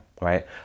right